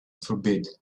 forbid